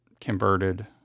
converted